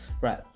right